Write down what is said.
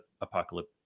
apocalypse